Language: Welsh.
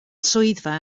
swyddfa